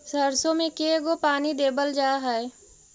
सरसों में के गो पानी देबल जा है?